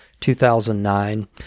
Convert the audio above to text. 2009